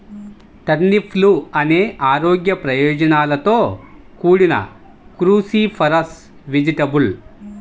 టర్నిప్లు అనేక ఆరోగ్య ప్రయోజనాలతో కూడిన క్రూసిఫరస్ వెజిటేబుల్